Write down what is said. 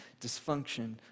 dysfunction